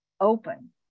open